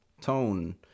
tone